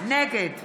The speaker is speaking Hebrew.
נגד